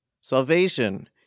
Salvation